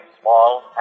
small